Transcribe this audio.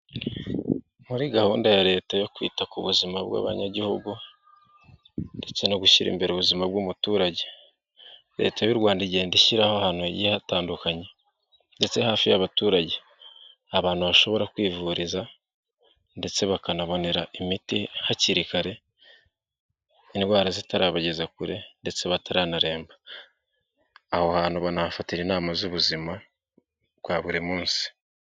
Muri gahunda ya leta yo kwita ku buzima bw'abanyagihugu ndetse no gushyira imbere ubuzima bw'umuturage, leta y'u Rwanda igenda ishyiraho ahantu hatandukanye ndetse hafi y'abaturage, abantu bashobora kwivuriza ndetse bakanabonera imiti hakiri kare indwara zitarabageza kure ndetse bataranaremba aho hantu banafatira inama z'ubuzima bwa buri munsi.